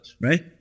right